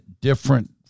different